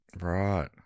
Right